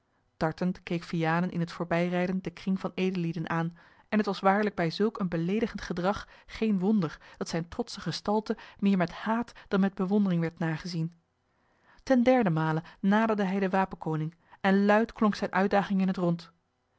tartend keek vianen in het voorbijrijden den kring van edellieden aan en t was waarlijk bij zulk een beleedigend gedrag geen wonder dat zijne trotsche gestalte meer met haat dan met bewondering werd nagezien ten derden male naderde hij den wapenkoning en luid klonk zijne uitdaging in het rond